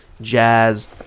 jazz